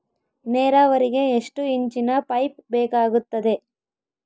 ನೇರಾವರಿಗೆ ಎಷ್ಟು ಇಂಚಿನ ಪೈಪ್ ಬೇಕಾಗುತ್ತದೆ?